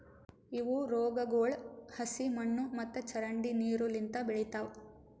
ಇವು ರೋಗಗೊಳ್ ಹಸಿ ಮಣ್ಣು ಮತ್ತ ಚರಂಡಿ ನೀರು ಲಿಂತ್ ಬೆಳಿತಾವ್